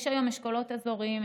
יש היום אשכולות אזוריים,